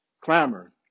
clamor